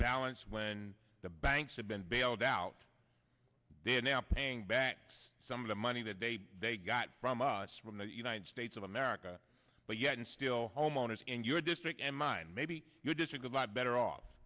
balance when the banks have been bailed out they're now paying banks some of the money that they they got from us from the united states of america but yet and still homeowners in your district and mine maybe your district a lot better off